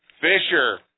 Fisher